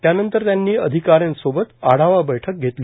त्यानंतर त्यांनी अधिकाऱ्यांसंवेत आढावा बैठक घेतली